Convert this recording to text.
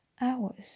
hours